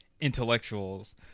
intellectuals